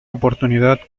oportunidad